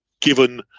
given